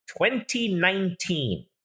2019